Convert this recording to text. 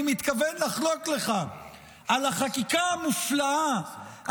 מתכוון לחלוק לך על החקיקה המופלאה,